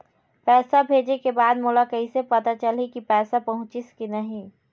पैसा भेजे के बाद मोला कैसे पता चलही की पैसा पहुंचिस कि नहीं?